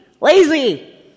Lazy